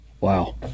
Wow